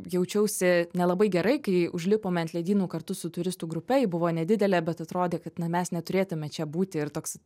jaučiausi nelabai gerai kai užlipome ant ledynų kartu su turistų grupe ji buvo nedidelė bet atrodė kad na mes neturėtume čia būti ir toks